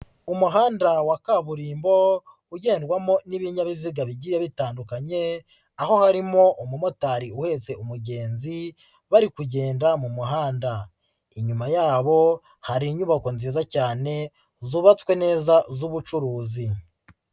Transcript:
Umuhanda wa kaburimbo ugendwamo n'ibinyabiziga bigiye bitandukanye, aho harimo umumotari uhetse umugenzi bari kugenda mu muhanda, inyuma yabo hari inyubako nziza cyane zubatswe neza z'ubucuruzi.